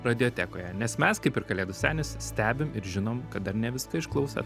radiotekoje nes mes kaip ir kalėdų senis stebim ir žinom kad dar ne viską išklausėt